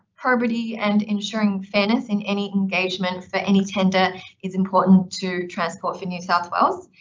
probity and ensuring fairness in any engagement for any tender is important to transport for new south wales.